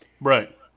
Right